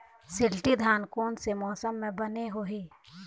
शिल्टी धान कोन से मौसम मे बने होही?